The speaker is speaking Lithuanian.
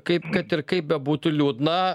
kaip kad ir kaip bebūtų liūdna